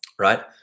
right